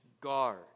guard